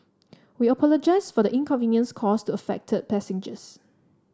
we apologise for the inconvenience caused to affected passengers